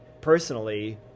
personally